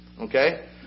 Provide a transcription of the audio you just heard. okay